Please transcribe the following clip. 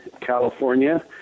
california